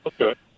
Okay